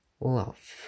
love